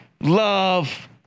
love